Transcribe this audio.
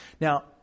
Now